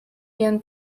ihren